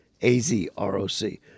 A-Z-R-O-C